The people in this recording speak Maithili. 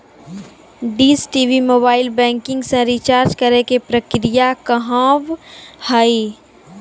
डिश टी.वी मोबाइल बैंकिंग से रिचार्ज करे के प्रक्रिया का हाव हई?